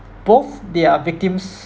both their victims